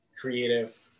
creative